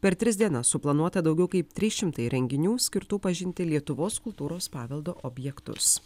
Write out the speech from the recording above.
per tris dienas suplanuota daugiau kaip trys šimtai renginių skirtų pažinti lietuvos kultūros paveldo objektus